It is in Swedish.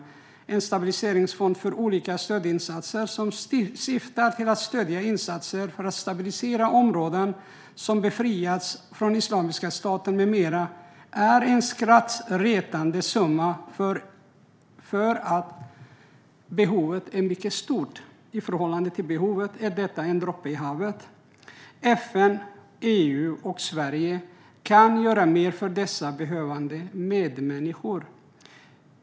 Det är en stabiliseringsfond för olika stödinsatser som syftar till att stödja insatser för att stabilisera områden som befriats från Islamiska staten med mera. Detta är en skrattretande liten summa, för behovet är mycket stort. I förhållande till behovet är det en droppe i havet. FN, EU och Sverige kan göra mer för dessa behövande medmänniskor.